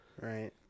Right